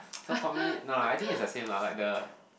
so for me no I think is the same lah like the